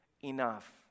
enough